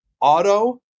auto